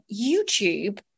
YouTube